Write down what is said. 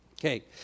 Okay